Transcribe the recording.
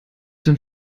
denn